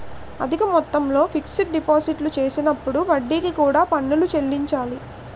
అధిక మొత్తంలో ఫిక్స్ డిపాజిట్లు చేసినప్పుడు వడ్డీకి కూడా పన్నులు చెల్లించాలి